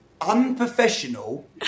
unprofessional